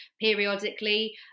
periodically